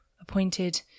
appointed